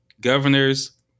governors